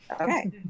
Okay